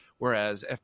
Whereas